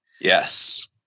Yes